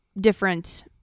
different